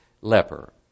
leper